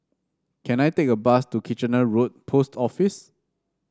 can I take a bus to Kitchener Road Post Office